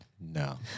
No